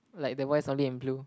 like the white solid in blue